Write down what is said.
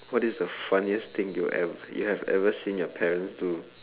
what is the funniest thing you ever you have ever seen your parents do